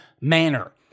manner